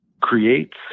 creates